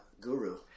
guru